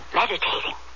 meditating